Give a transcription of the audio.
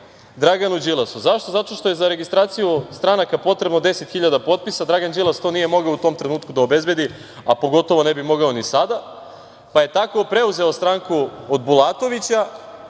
Draganu Đilasu.Zašto? Zato što je za registraciju stranaka potrebno 10.000 potpisa, a Dragan Đilas to nije mogao u tom trenutku da obezbedi, a pogotovo ne bi mogao ni sada, pa je tako preuzeo stranku od Bulatovića